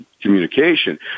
communication